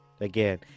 Again